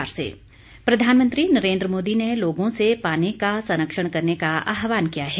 प्रधानमंत्री जल दिवस प्रधानमंत्री नरेन्द्र मोदी ने लोगों से पानी का संरक्षण करने का आहवान किया है